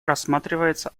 рассматривается